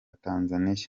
tuniziya